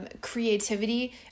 creativity